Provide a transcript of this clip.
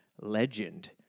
Legend